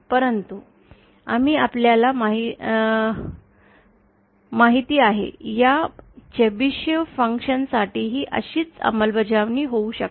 परंतु आम्ही आपल्याला माहिती आहे या चेबेशीव फंक्शन साठीही अशीच अंमलबजावणी होऊ शकते